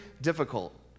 difficult